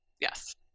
yes